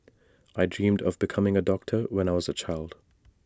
I dreamt of becoming A doctor when I was A child